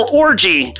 orgy